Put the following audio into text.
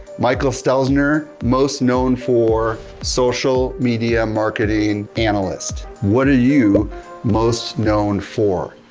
michael stelzner, most known for social media marketing analyst. what are you most known for?